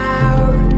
out